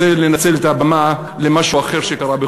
רוצה לנצל את הבמה למשהו אחר שקרה,